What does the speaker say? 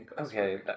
Okay